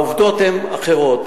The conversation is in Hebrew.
העובדות הן אחרות.